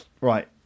Right